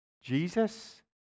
Jesus